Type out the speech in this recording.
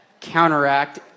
Counteract